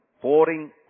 pouring